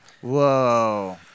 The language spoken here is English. Whoa